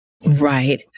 Right